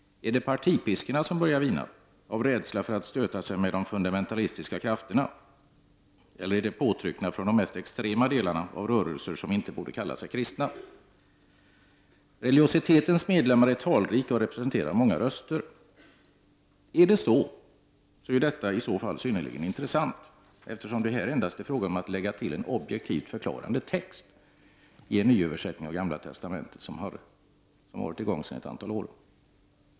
Är det partipiskorna som börjar vina, av rädsla för att stöta sig med de fundamentalistiska krafterna, eller är det påtryckningar från de mest extrema delarna av rörelser som inte borde kalla sig kristna? Religiositetens medlemmar är talrika och representerar många röster. I så fall är detta synnerligen intressant, eftersom det ju här endast handlar om att lägga till ”en objektivt förklarande text” i en nyöversättning av Gamla testamentet som man arbetar med sedan ett antal år.